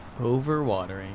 Overwatering